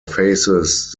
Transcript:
faces